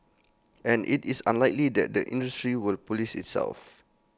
and IT is unlikely that the industry will Police itself